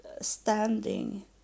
standing